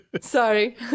Sorry